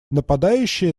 нападающие